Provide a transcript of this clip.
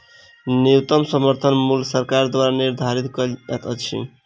न्यूनतम समर्थन मूल्य सरकार द्वारा निधारित कयल जाइत अछि